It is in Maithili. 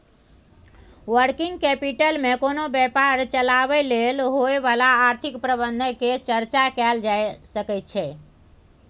वर्किंग कैपिटल मे कोनो व्यापार चलाबय लेल होइ बला आर्थिक प्रबंधन केर चर्चा कएल जाए सकइ छै